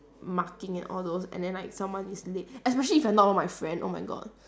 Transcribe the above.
marking and all those and then like someone is late especially if you're not one of my friend oh my god